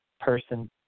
person